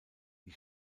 die